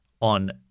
on